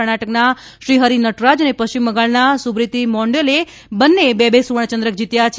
કર્ણાટકના શ્રીહરિ નટરાજ અને પશ્ચિમબંગાળના સુબ્રીતી મોન્ડોલે બંનેએ બે બે સુવર્ણચંદ્રક જીત્યા છે